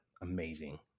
amazing